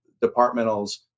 departmentals